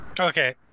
Okay